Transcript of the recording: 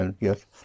yes